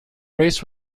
race